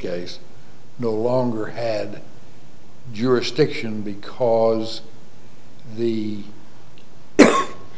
case no longer had jurisdiction because the